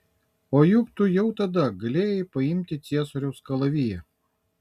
o juk tu jau tada galėjai paimti ciesoriaus kalaviją